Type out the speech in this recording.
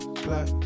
black